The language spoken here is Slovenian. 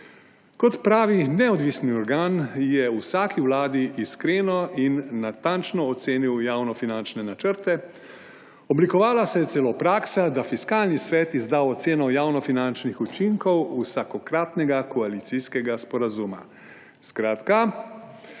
Kot pravi neodvisni organ je v vsaki vladi iskreno in natančno ocenil javnofinančne načrte. Oblikovala se je celo praksa, da Fiskalni svet izda oceno javnofinančnih učinkov vsakokratnega koalicijskega sporazuma.